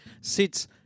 sits